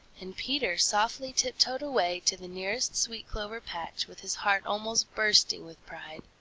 and peter softly tiptoed away to the nearest sweet-clover patch with his heart almost bursting with pride.